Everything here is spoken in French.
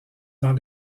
dans